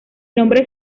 nombre